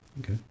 Okay